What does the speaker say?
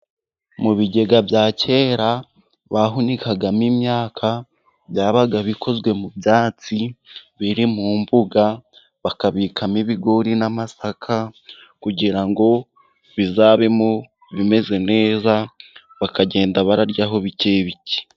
Mu bigega bya kera bahunikagamo imyaka, byabaga bikozwe mu byatsi biri mu mbuga, bakabikamo ibigori n'amasaka kugira ngo bizabemo bimeze neza, bakagenda bararyaho bikeye bike.